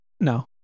No